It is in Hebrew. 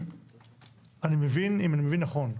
אם אני מבין נכון,